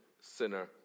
sinner